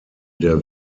der